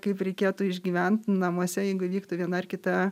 kaip reikėtų išgyvent namuose jeigu įvyktų viena ar kita